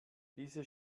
diese